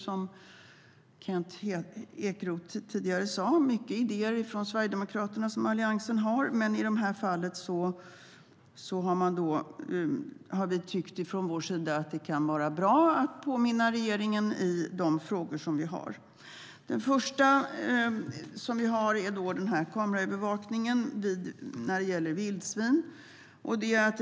Som Kent Ekeroth tidigare sa är det många idéer från Sverigedemokraterna som Alliansen har. Men i det här fallet har vi från vår sida tyckt att det kan vara bra att påminna regeringen i de frågor som vi har. Den första gäller kameraövervakningen när det handlar om vildsvin.